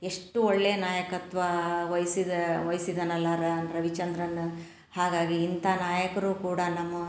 ಎಷ್ಟು ಒಳ್ಳೆಯ ನಾಯಕತ್ವ ವಹ್ಸಿದ ವಹ್ಸಿದಾನಲ್ಲ ರವಿಚಂದ್ರನ್ ಹಾಗಾಗಿ ಇಂಥ ನಾಯಕರು ಕೂಡ ನಮ್ಮ